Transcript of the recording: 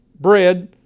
bread